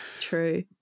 True